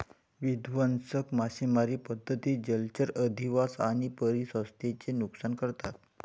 विध्वंसक मासेमारी पद्धती जलचर अधिवास आणि परिसंस्थेचे नुकसान करतात